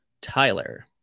Tyler